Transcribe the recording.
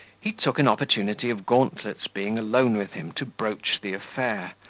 he took an opportunity of gauntlet's being alone with him to broach the affair,